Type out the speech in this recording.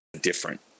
different